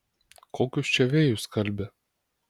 kokius čia vėjus kalbi